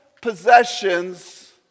possessions